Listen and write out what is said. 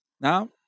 Now